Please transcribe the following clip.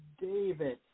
David